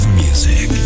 music